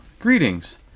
greetings